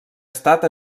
estat